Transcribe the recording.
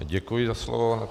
Děkuji za slovo.